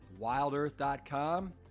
wildearth.com